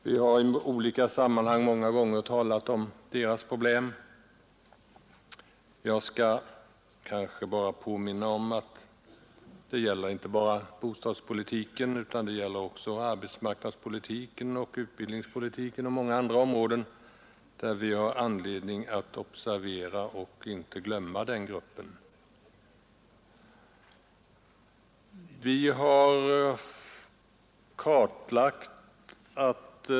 Vi har många gånger i olika sammanhang talat om deras problem. Det gäller inte bara bostadspolitiken utan också arbetsmarknadspolitiken, utbildningspolitiken och många andra områden där vi har anledning att observera och inte glömma den gruppen.